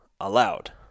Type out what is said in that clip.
allowed